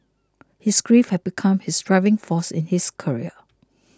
his grief had become his driving force in his career